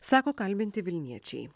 sako kalbinti vilniečiai